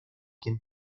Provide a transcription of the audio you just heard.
quien